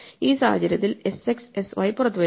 ഈ സാഹചര്യത്തിൽ sx sy പുറത്തുവരും